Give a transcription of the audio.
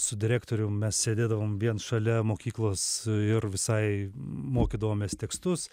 su direktorium mes sėdėdavom viens šalia mokyklos ir visai mokydavomės tekstus